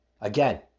Again